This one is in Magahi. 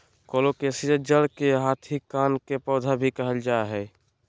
कोलोकेशिया जड़ के हाथी कान के पौधा भी कहल जा हई